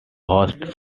hosts